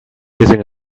kissing